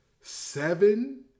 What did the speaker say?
seven